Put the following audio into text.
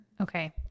Okay